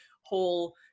whole